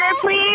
please